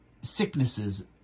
sicknesses